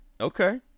Okay